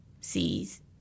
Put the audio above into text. sees